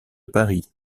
paris